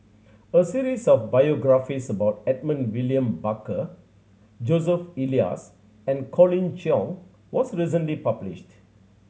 a series of biographies about Edmund William Barker Joseph Elias and Colin Cheong was recently published